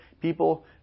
people